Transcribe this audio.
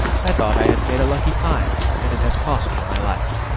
i thought i had made a lucky find, and it has cost me my life!